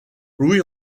louis